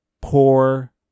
poor